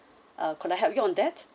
uh could I help you on that